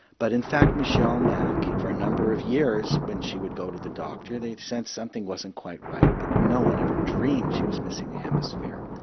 but in fact michelle mak for a number of years when she would go to the doctor they would sense something wasn't quite right but no one ever dreamed she was missing a hemisphere.